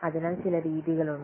അതിനാൽ ചില രീതികൾ ഉണ്ട്